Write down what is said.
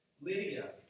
Lydia